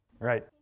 Right